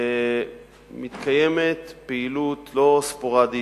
מתקיימת פעילות לא ספוראדית.